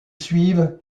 suivent